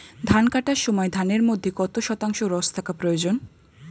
ধান কাটার সময় ধানের মধ্যে কত শতাংশ রস থাকা প্রয়োজন?